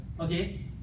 okay